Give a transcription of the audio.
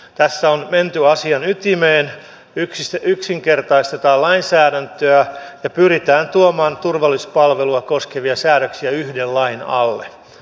tässä on menty asian ytimeen yksinkertaistetaan lainsäädäntöä ja pyritään tuomaan turvallisuuspalvelua koskevia säädöksiä yhden lain alle